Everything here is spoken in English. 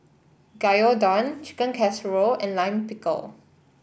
Gyudon Chicken Casserole and Lime Pickle